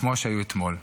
כמו שהיו אתמול.